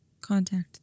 contact